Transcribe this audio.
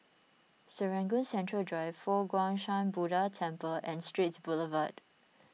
Serangoon Central Drive Fo Guang Shan Buddha Temple and Straits Boulevard